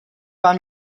vám